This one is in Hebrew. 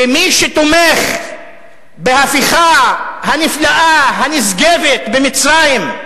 ומי שתומך בהפיכה הנפלאה, הנשגבת במצרים,